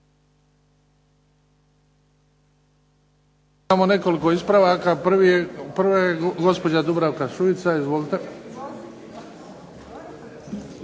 Hvala vam